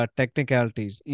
technicalities